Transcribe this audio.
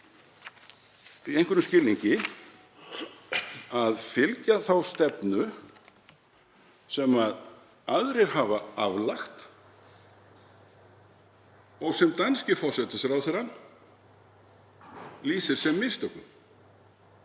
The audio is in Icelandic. í einhverjum skilningi að fylgja stefnu sem aðrir hafa aflagt og sem danski forsætisráðherrann lýsir sem mistökum.